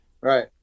Right